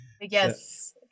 Yes